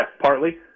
partly